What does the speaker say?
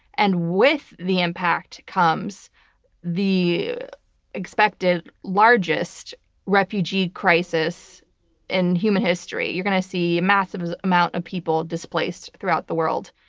and with the impact comes the expected largest refugee crisis in human history. you're going to see a massive amount of people displaced throughout the world.